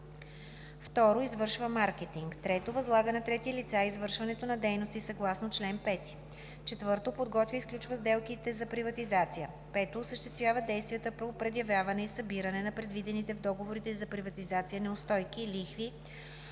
2. извършва маркетинг; 3. възлага на трети лица извършването на дейности съгласно чл. 5; 4. подготвя и сключва сделките за приватизация; 5. осъществява действия по предявяване и събиране на предвидените в договорите за приватизация неустойки, лихви,